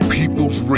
People's